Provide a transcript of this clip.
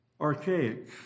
archaic